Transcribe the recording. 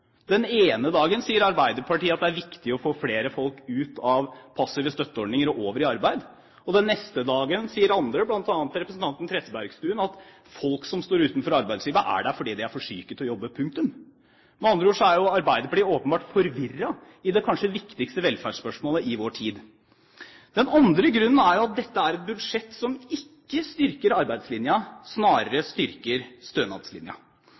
Den ene dagen sier Arbeiderpartiet at det er viktig å få flere folk ut av passive støtteordninger og over i arbeid, og den neste dagen sier andre, bl.a. representanten Trettebergstuen, at folk som står utenfor arbeidslivet, gjør det fordi de er for syke til å jobbe, punktum. Med andre ord er Arbeiderpartiet åpenbart forvirret i det kanskje viktigste velferdsspørsmålet i vår tid. Den andre grunnen er at dette er et budsjett som ikke styrker arbeidslinja, som snarere styrker stønadslinja.